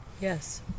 Yes